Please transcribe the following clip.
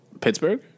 Pittsburgh